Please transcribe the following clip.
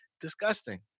disgusting